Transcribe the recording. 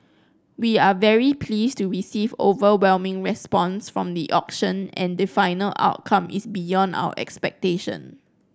we are very pleased to receive overwhelming response from the auction and the final outcome is beyond our expectation